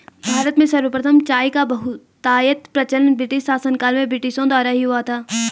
भारत में सर्वप्रथम चाय का बहुतायत प्रचलन ब्रिटिश शासनकाल में ब्रिटिशों द्वारा ही हुआ था